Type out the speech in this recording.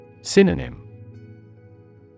Synonym